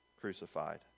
crucified